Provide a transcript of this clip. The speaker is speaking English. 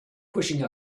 pushing